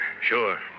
Sure